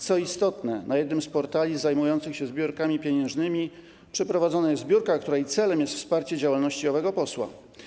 Co istotne, na jednym z portali zajmujących się zbiórkami pieniężnymi prowadzona jest zbiórka, której celem jest wsparcie działalności owego posła.